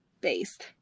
based